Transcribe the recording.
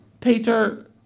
Peter